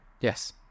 Yes